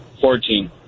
Fourteen